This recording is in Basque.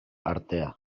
artea